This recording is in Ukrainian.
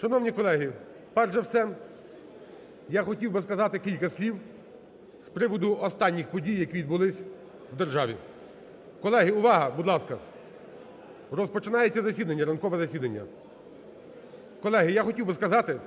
Шановні колеги, перш за все я хотів би сказати кілька слів з приводу останніх подій, які відбулись в державі. Колеги, увага, будь ласка! Розпочинається засідання, ранкове засідання. Колеги, я хотів би сказати,